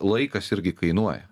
laikas irgi kainuoja